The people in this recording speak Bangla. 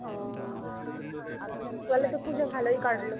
ও জলে তো পুজো ভালোই কাটলো